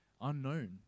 unknown